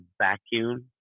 vacuum